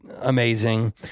amazing